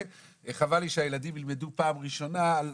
חבל לי שהילדים ילמדו פעם ראשונה על